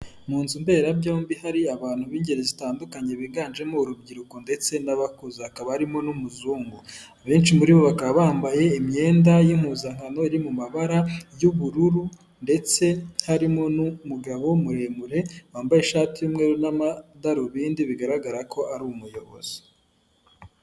Mu nzu mberabyombi hari abantu b'ingeri zitandukanye biganjemo urubyiruko ndetse n'abakuze, hakaba arimo n'umuzungu abenshi muri bo bakaba bambaye imyenda y'impuzankano iri mu mabara y'ubururu ndetse harimo n'umugabo muremure wambaye ishati y'umweru n'amadarubindi bigaragara ko ari umuyobozi.